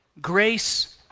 Grace